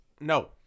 no